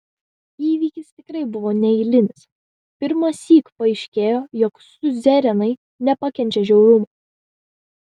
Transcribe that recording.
įvykis tikrai buvo neeilinis pirmąsyk paaiškėjo jog siuzerenai nepakenčia žiaurumo